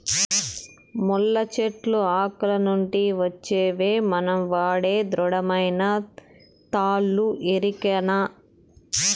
ముళ్ళ చెట్లు ఆకుల నుంచి వచ్చేవే మనం వాడే దృఢమైన తాళ్ళు ఎరికనా